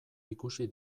ikusi